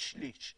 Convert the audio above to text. שליש, שליש.